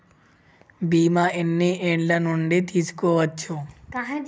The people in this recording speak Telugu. బీమా ఎన్ని ఏండ్ల నుండి తీసుకోవచ్చు?